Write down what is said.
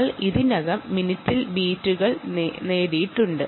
നിങ്ങൾ ഇതിനകം BPM കണ്ടെത്തിയിട്ടുണ്ട്